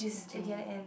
P_J